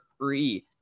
three